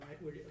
right